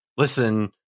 listen